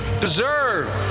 deserve